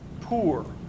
poor